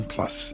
Plus